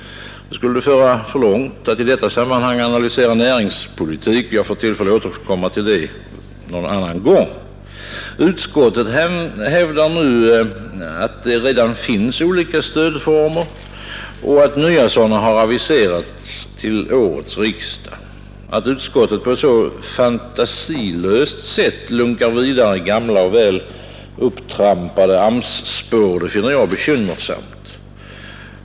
Det skulle föra för långt att i detta sammanhang analysera näringspolitiken. Jag får tillfälle att återkomma till den en annan gång. Utskottet hävdar nu att det redan finns olika stödformer och att nya sådana aviserats till årets riksdag. Att utskottet på ett så fantasilöst sätt lunkar vidare i gamla och väl upptrampade AMS-spår finner jag bekymmersamt.